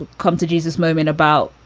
come to jesus moment about,